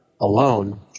alone